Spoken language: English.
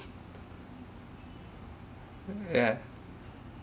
err yeah